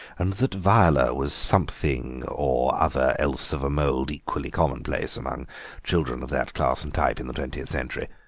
and that viola was something or other else of a mould equally commonplace among children of that class and type in the twentieth century.